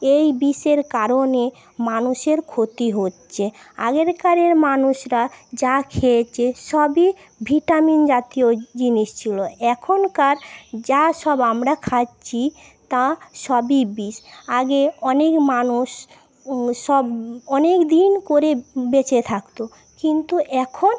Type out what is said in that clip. এই বিষের কারণে মানুষের ক্ষতি হচ্ছে আগেরকারের মানুষরা যা খেয়েছে সবই ভিটামিন জাতীয় জিনিস ছিল এখনকার যা সব আমরা খাচ্ছি তা সবই বিষ আগে অনেক মানুষ সব অনেকদিন করে বেঁচে থাকত কিন্তু এখন